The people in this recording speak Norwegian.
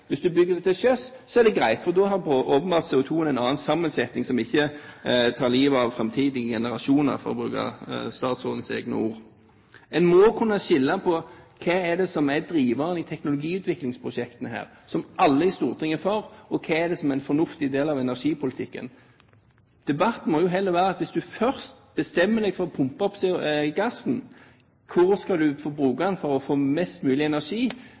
Hvis du bygger det til sjøs, er det greit, for da har åpenbart CO2-en en annen sammensetning som ikke tar livet av framtidige generasjoner, for å bruke statsrådens egne ord. En må kunne skille mellom hva det er som er driveren i teknologutviklingsprosjektene her, som alle i Stortinget er for, og hva som er en fornuftig del av energipolitikken. Hvis du først bestemmer deg for å pumpe opp gassen, må jo debatten heller gå på hvor du skal bruke den for å få mest mulig energi